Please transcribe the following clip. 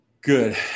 good